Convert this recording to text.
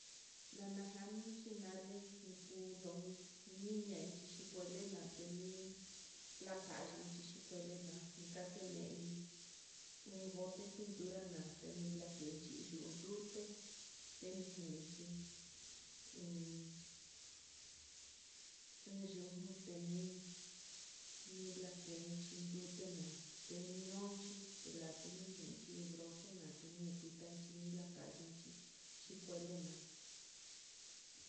Nanajani chinalé, nikuloni ninenchixe, kuelena telii nakayexi, kuelena'a niakeneí bote pintura na'a teni lakenchi yuntuté ninenchí u. uyunu tení nilakenchi ndutená tenionchi telateni nenchi brocha nateñie kuitanchi nii lakanchinchi chikuelená.